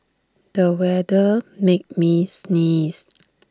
the weather made me sneeze